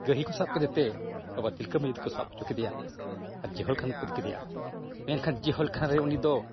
ᱜᱟᱹᱦᱤ ᱠᱚ ᱥᱟᱵ ᱠᱮᱫᱮᱛᱮ ᱵᱟᱵᱟ ᱛᱤᱞᱠᱟᱹ ᱢᱟᱹᱡᱷᱤ ᱫᱚᱠᱚ ᱥᱟᱵ ᱦᱚᱪᱚ ᱠᱮᱫᱮᱭᱟ ᱟᱨ ᱡᱤᱦᱚᱞ ᱠᱷᱟᱱᱟ ᱛᱮᱠᱚ ᱤᱫᱤ ᱠᱮᱫᱮᱭᱟ ᱢᱮᱱᱠᱷᱟᱱ ᱡᱤᱦᱚᱞ ᱠᱷᱟᱱᱟᱨᱮ ᱩᱱᱤ ᱫᱚ